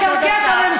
צריך לקרקע את המטוס.